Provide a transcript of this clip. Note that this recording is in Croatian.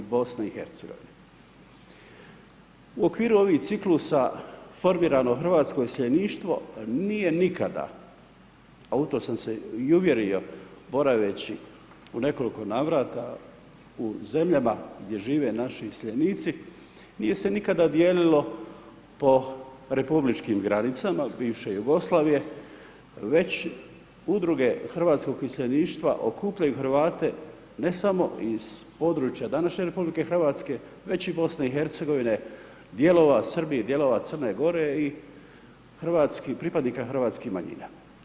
U okviru ovih ciklusa, formirano hrvatsko iseljeništvo, nije nikada, a u to sam se i uvjerio, mora već, u nekoliko navrata, u zemljama gdje žive naši iseljenici, nije se nikada dijelilo po republičkim granicama bivše Jugoslavije, već udruge hrvatskog iseljeništva, okupljaju Hrvate, ne samo iz područja današnje RH, već i BIH, dijelova Srbija, dijelova Crne Gore i pripadnika hrvatskih manjina.